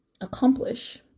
Accomplish